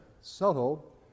subtle